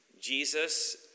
Jesus